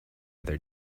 other